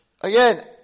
Again